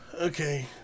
Okay